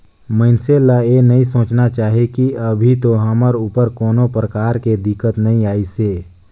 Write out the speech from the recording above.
मइनसे ल ये नई सोचना चाही की अभी तो हमर ऊपर कोनो परकार के दिक्कत नइ आइसे